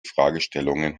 fragestellungen